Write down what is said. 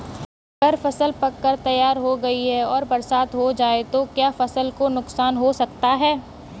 अगर फसल पक कर तैयार हो गई है और बरसात हो जाए तो क्या फसल को नुकसान हो सकता है?